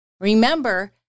Remember